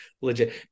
legit